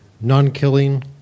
non-killing